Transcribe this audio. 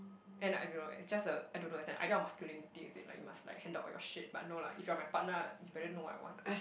and I don't know it's just the I don't know it's an idea of masculinity is it like you must like handle all your shit but no lah if you are my partner you better know what I want